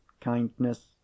kindness